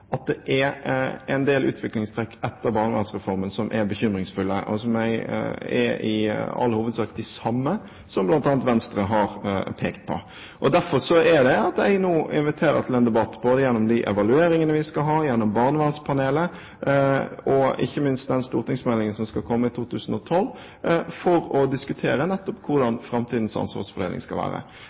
at det er en del utviklingstrekk etter barnevernsreformen som er bekymringsfulle, og som i all hovedsak er de samme som bl.a. Venstre har pekt på. Derfor inviterer jeg nå til en debatt, både gjennom de evalueringene vi skal ha, gjennom barnevernspanelet, og ikke minst gjennom den stortingsmeldingen som skal komme i 2012, for å diskutere nettopp hvordan framtidens ansvarsfordeling skal være.